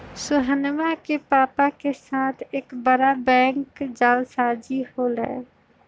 सोहनवा के पापा के साथ एक बड़ा बैंक जालसाजी हो लय